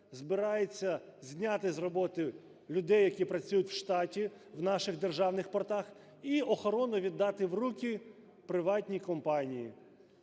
збирається зняти з роботи людей, які працюють в штаті в наших державних портах, і охорону віддати в руки приватній компанії.